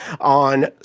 on